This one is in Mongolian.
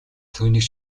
түүнийг